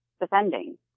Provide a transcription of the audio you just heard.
defending